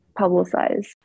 publicize